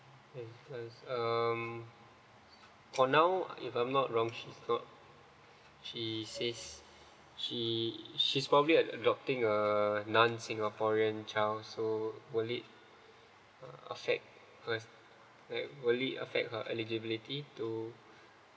okay thats mm for now if I'm not wrong she's not uh she says she she's probably adopting a non singaporean child so would it affect her would it affect her eligibility to